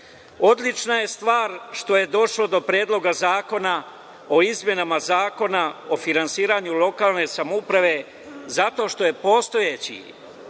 urađeno. Odlična je stvar što je došlo do Predloga zakona o izmenama Zakona o finansiranju lokalne samouprave, zato što je postojeći,